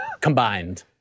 combined